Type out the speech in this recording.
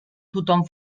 tothom